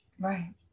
Right